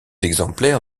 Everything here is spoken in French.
exemplaires